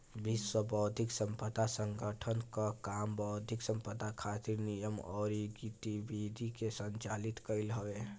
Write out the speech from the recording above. विश्व बौद्धिक संपदा संगठन कअ काम बौद्धिक संपदा खातिर नियम अउरी गतिविधि के संचालित कईल हवे